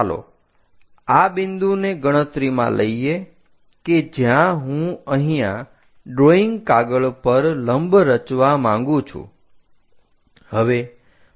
ચાલો આ બિંદુને ગણતરીમાં લઈએ કે જ્યાં હું અહીંયા ડ્રોઈંગ કાગળ પર લંબ રચવા માંગુ છું